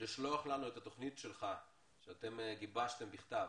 לשלוח לנו את התוכנית שגיבשתם בכתב,